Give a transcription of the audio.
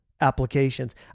applications